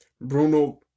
Bruno